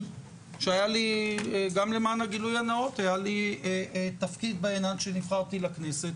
היה לי תפקיד בהם עד שנבחרתי לכנסת